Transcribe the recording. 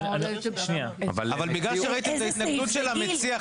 אבל בגלל שראיתי את ההסתכלות של המציע,